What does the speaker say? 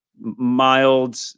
mild